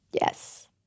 Yes